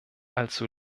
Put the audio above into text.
allzu